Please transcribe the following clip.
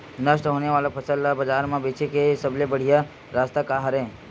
नष्ट होने वाला फसल ला बाजार मा बेचे के सबले बढ़िया रास्ता का हरे?